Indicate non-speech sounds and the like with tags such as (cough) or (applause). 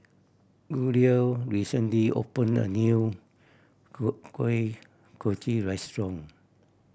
Guido recently opened a new (unintelligible) Kuih Kochi restaurant